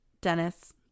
Dennis